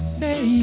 say